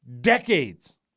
decades